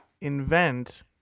invent